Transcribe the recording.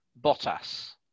Bottas